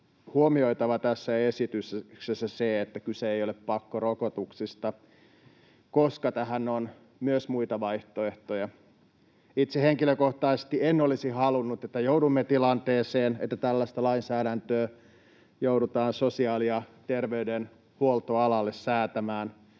huomioitava se, että kyse ei ole pakkorokotuksista, koska tähän on myös muita vaihtoehtoja. Itse henkilökohtaisesti en olisi halunnut, että joudumme tilanteeseen, että tällaista lainsäädäntöä joudutaan sosiaali‑ ja terveydenhuoltoalalle säätämään.